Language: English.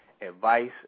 advice